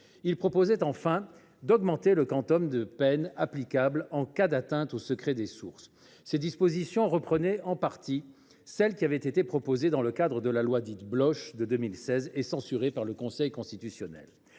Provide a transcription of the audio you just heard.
Il visait enfin à augmenter le quantum de peine applicable en cas d’atteinte au secret des sources. Ces dispositions reprenaient en partie celles qui avaient été proposées dans le cadre de la loi Bloche de 2016 et censurées par le Conseil constitutionnel.